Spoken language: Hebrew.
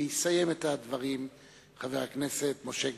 ויסיים את הדברים חבר הכנסת משה גפני,